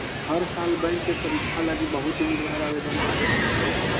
हर साल बैंक के परीक्षा लागी बहुत उम्मीदवार आवेदन पत्र भर हई